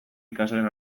ikasleen